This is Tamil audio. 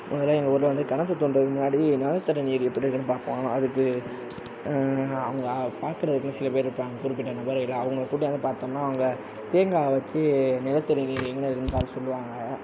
முன்னாடியெலாம் எங்கள் ஊரில் வந்து கிணத்து தோண்டுவதுக்கு முன்னாடி நிலத்தடிநீர் எப்படி இருக்குதுனு பார்ப்பாங்களாம் அதுக்கு அங்கே பார்க்குறதுக்குனு சிலபேர் இருப்பாங்க குறிப்பிட்ட நபர்கள் அவங்கள கூட்டிவந்து பார்த்தோன்னா அவங்க தேங்காய் வச்சு நிலத்தடிநீர் எங்கே இருக்குதுன்னு பார்த்து சொல்லுவாங்க